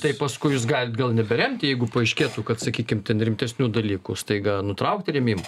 tai paskui jūs galit gal neberemti jeigu paaiškėtų kad sakykim ten rimtesnių dalykų staiga nutraukti rėmimą